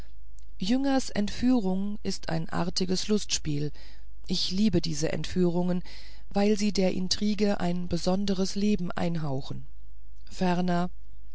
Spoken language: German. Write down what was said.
jüngers entführung ist ein artiges lustspiel ich liebe diese entführungen weil sie der intrige ein besonderes leben einhauchen ferner